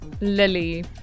Lily